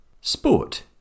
sport